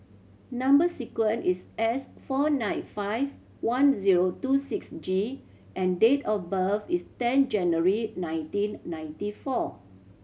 number sequence is S four nine five one zero two six G and date of birth is ten January nineteen ninety four